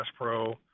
pro